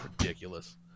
Ridiculous